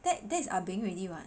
that that's ah beng already [what]